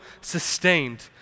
sustained